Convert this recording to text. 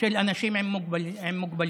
של אנשים עם מוגבלויות.